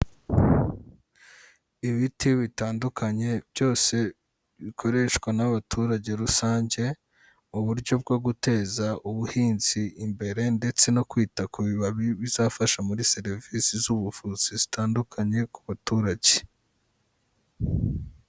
Ibiti bitandukanye byose bikoreshwa n'abaturage rusange, uburyo bwo guteza ubuhinzi imbere, ndetse no kwita ku bibabi bizafasha muri serivisi z'ubuvuzi zitandukanye ku baturage.